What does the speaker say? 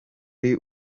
kuri